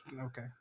Okay